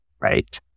right